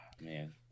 Man